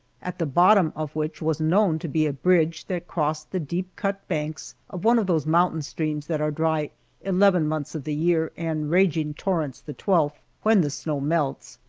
at the bottom of which was known to be a bridge that crossed the deep-cut banks of one of those mountain streams that are dry eleven months of the year and raging torrents the twelfth, when the snow melts.